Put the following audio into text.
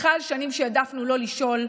סליחה על שנים שהעדפנו לא לשאול,